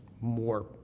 more